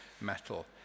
metal